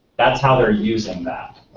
that's how they're using that.